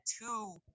two